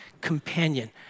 companion